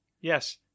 Yes